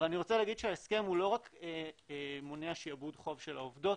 אבל אני רוצה להגיד שההסכם הוא לא רק מונע שיעבוד חוב של העובדות,